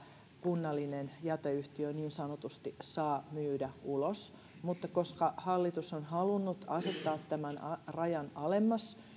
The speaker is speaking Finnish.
kunnallinen jäteyhtiö niin sanotusti saa myydä ulos mutta koska hallitus on halunnut asettaa tämän rajan alemmas